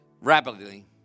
Rapidly